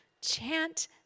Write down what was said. Chant